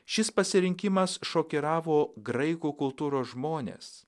šis pasirinkimas šokiravo graikų kultūros žmones